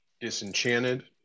disenchanted